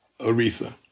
Aretha